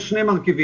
יש שני מרכיבים,